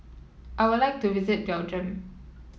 I would like to visit Belgium